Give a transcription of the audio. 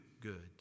good